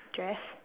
dress